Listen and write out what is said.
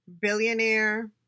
billionaire